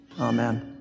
Amen